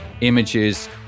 images